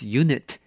unit